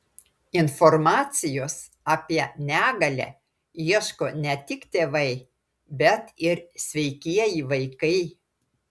informacijos apie negalią ieško ne tik tėvai bet ir sveikieji vaikai